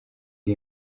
iri